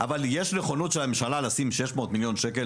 אבל יש נכונות של הממשלה לשים 600 מיליון שקל